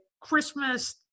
Christmas